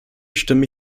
stimmen